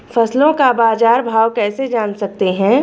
फसलों का बाज़ार भाव कैसे जान सकते हैं?